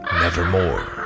nevermore